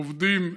עובדים זמניים,